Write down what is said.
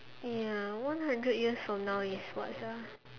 ya one hundred years from now is what sia